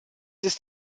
ist